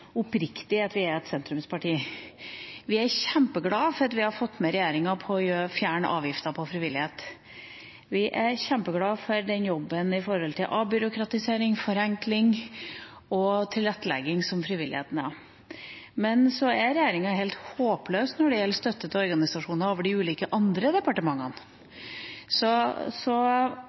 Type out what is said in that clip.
oppriktig at vi er et sentrumsparti. Vi er kjempeglad for at vi har fått med regjeringa på å fjerne avgiften på frivillighet. Vi er kjempeglad for den jobben med avbyråkratisering, forenkling og tilrettelegging som frivilligheten gjør. Men så er regjeringa helt håpløs når det gjelder støtte til organisasjoner over de ulike andre departementene.